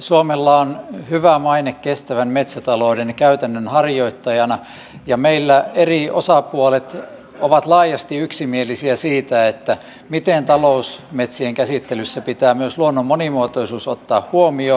suomella on hyvä maine kestävän metsätalouden käytännön harjoittajana ja meillä eri osapuolet ovat laajasti yksimielisiä siitä miten talousmetsien käsittelyssä pitää myös luonnon monimuotoisuus ottaa huomioon